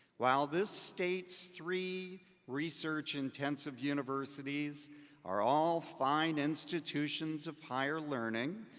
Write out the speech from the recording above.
while this state's three research intensive universities are all fine institutions of higher learning,